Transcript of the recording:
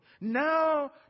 Now